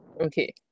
Okay